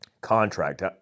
contract